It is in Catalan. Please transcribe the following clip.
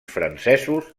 francesos